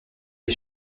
les